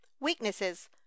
weaknesses